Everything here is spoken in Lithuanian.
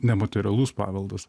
nematerialus paveldas